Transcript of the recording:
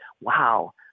wow